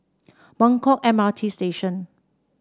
Buangkok M R T Station